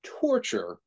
torture